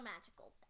magical